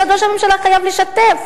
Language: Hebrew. משרד ראש הממשלה חייב לשתף.